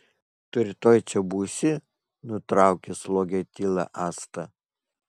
tu rytoj čia būsi nutraukė slogią tylą asta